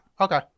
Okay